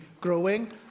growing